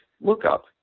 lookup